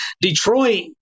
Detroit